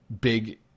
big